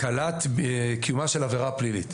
קלט קיומה של עבירה פלילית,